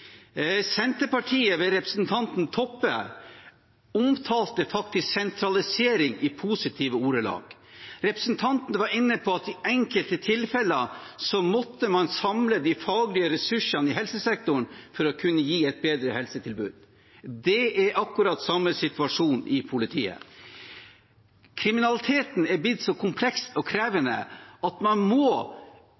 Senterpartiet, ved representanten Toppe, omtalte faktisk sentralisering i positive ordelag. Representanten var inne på at i enkelte tilfeller måtte man samle de faglige ressursene i helsesektoren for å kunne gi et bedre helsetilbud. Det er akkurat samme situasjonen i politiet. Kriminaliteten er blitt så kompleks og